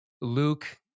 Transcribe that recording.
Luke